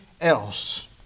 else